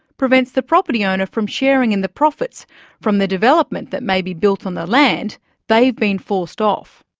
prevents the property owner from sharing in the profits from the development that may be built on the land they've been forced off.